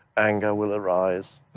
anger will arise.